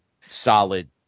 solid